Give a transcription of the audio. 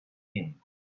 him